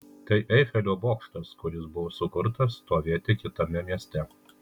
tai eifelio bokštas kuris buvo sukurtas stovėti kitame mieste